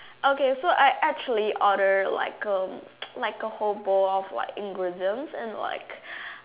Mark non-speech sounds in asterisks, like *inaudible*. okay so I actually ordered like um *noise* like a whole bowl of like ingredients and like